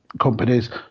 companies